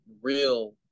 real